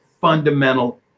fundamental